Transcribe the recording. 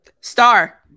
star